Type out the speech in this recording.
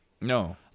No